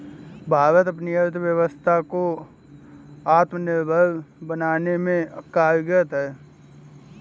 भारत अपनी अर्थव्यवस्था को आत्मनिर्भर बनाने में कार्यरत है